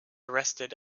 arrested